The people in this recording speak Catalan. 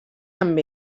amb